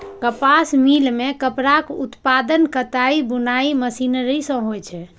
कपास मिल मे कपड़ाक उत्पादन कताइ बुनाइ मशीनरी सं होइ छै